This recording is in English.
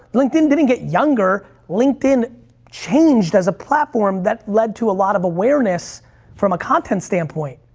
linkedin didn't get younger, linkedin changed as a platform that led to a lot of awareness from a content standpoint.